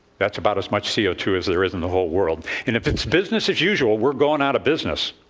that's about as much c o two as there is in the whole world. and if it's business as usual, we're going out of business.